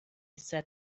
said